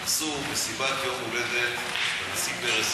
עשו מסיבת יום הולדת לנשיא פרס,